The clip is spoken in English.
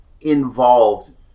involved